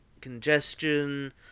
congestion